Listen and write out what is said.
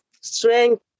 strength